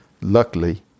luckily